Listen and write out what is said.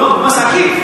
לא, במס העקיף.